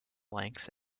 length